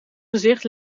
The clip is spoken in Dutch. gezicht